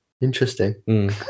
Interesting